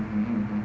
mmhmm mmhmm